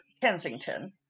Kensington